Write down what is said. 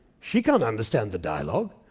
she can't understand the dialogue.